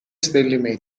stanley